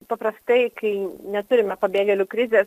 paprastai kai neturime pabėgėlių krizės